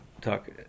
talk